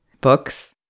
books